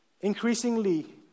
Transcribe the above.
Increasingly